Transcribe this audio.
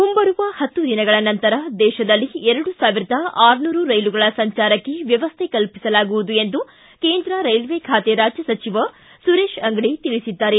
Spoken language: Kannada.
ಮುಂಬರುವ ಪತ್ತು ದಿನಗಳ ನಂತರ ದೇಶದಲ್ಲಿ ಎರಡು ಸಾವಿರದ ಆರು ನೂರು ರೈಲುಗಳ ಸಂಚಾರ ವ್ಯವಸ್ಥೆ ಕಲ್ಪಿಸಲಾಗುವುದು ಎಂದು ಕೇಂದ್ರ ರೈಲ್ವೆ ಖಾತೆ ರಾಜ್ಯ ಸಚಿವ ಸುರೇಶ ಅಂಗಡಿ ತಿಳಿಸಿದ್ದಾರೆ